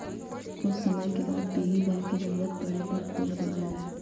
कुछ समय के बाद पिग्गी बैंक के जरूरत पड़े पर तोड देवल जाहई